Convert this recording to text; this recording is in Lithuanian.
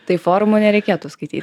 tai forumų nereikėtų skaity